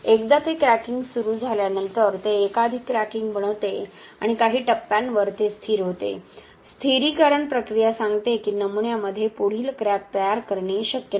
एकदा ते क्रॅकिंग सुरू झाल्यानंतर ते एकाधिक क्रॅकिंग बनवते आणि काही टप्प्यांवर ते स्थिर होते स्थिरीकरण प्रक्रिया सांगते की नमुन्यामध्ये पुढील क्रॅक तयार करणे शक्य नाही